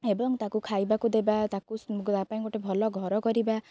ଏବଂ ତାକୁ ଖାଇବାକୁ ଦେବା ତାକୁ ତା ପାଇଁ ଗୋଟେ ଭଲ ଘର କରିବା